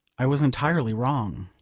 i was entirely wrong.